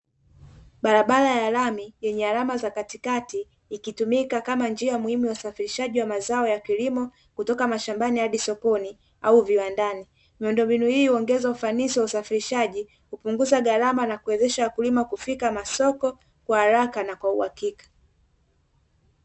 Barabara ya lami yenye alama za katikati ikitumika kama njia muhimu ya usafirishaji wa mazao ya kilimo kutoka mashambani hadi sokoni au viwandani, miundombinu hii huongeza ufanisi wa usafirishaji kupunguza gharama na kuwezesha wakulima kufika masoko kwa haraka na kwa uhakika.